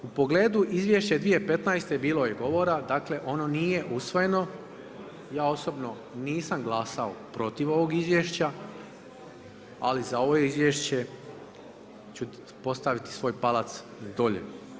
U pogledu izvješća iz 2015. bilo je govora, dakle ono nije usvojeno, ja osobno nisam glasao protiv ovog izvješća ali za ovo izvješće su postaviti svoj palac dolje.